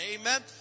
Amen